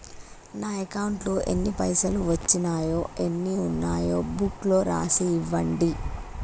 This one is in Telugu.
నా అకౌంట్లో ఎన్ని పైసలు వచ్చినాయో ఎన్ని ఉన్నాయో బుక్ లో రాసి ఇవ్వండి?